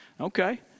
Okay